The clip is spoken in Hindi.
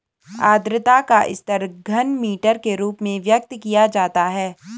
आद्रता का स्तर घनमीटर के रूप में व्यक्त किया जाता है